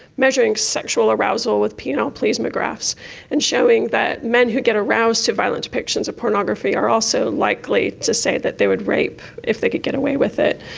measuring sexual arousal with penile plethysmographs and showing that men who get aroused to violent depictions of pornography are also likely to say that they would rape if they could get away with it,